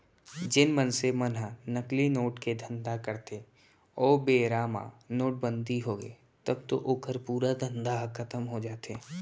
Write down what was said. जेन मनसे मन ह नकली नोट के धंधा करथे ओ बेरा म नोटबंदी होगे तब तो ओखर पूरा धंधा ह खतम हो जाथे